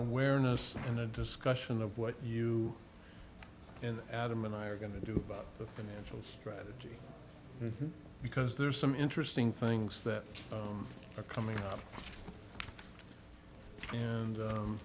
awareness and a discussion of what you and adam and i are going to do about the financial strategy because there's some interesting things that are coming up and